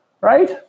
right